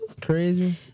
Crazy